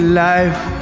life